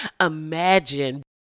imagine